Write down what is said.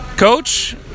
Coach